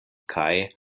kaj